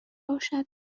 باشد